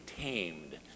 tamed